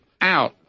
out